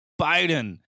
Biden